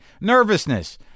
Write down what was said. nervousness